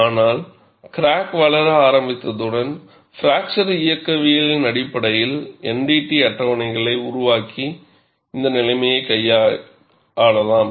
ஆனால் கிராக் வளர ஆரம்பித்தவுடன் பிராக்சர் இயக்கவியலின் அடிப்படையில் NDT அட்டவணைகளை உருவாக்கி இந்த நிலைமையைக் கையாளலாம்